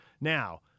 Now